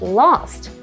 lost